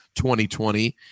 2020